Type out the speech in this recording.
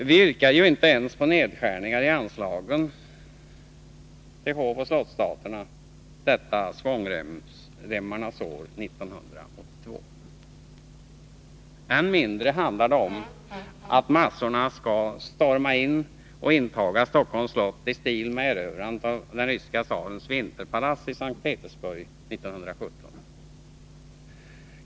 Vi yrkar ju inte ens på nedskärningar i anslagen till hovoch slottsstaterna detta svångremmarnas år 1982. Än mindre handlar det om att massorna skall storma in och inta Stockholms slott i stil med erövrandet av den ryska tsarens vinterpalats i S:t Petersburg 1917.